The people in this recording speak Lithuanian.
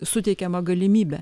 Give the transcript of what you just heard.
suteikiamą galimybę